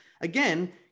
Again